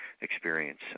experience